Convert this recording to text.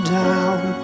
down